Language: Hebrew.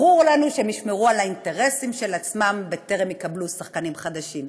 ברור לנו שהם ישמרו על האינטרסים של עצמם בטרם יקבלו שחקנים חדשים.